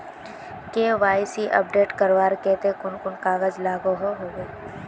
KYC update करवार केते कुन कुन कागज लागोहो होबे?